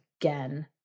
again